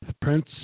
Prince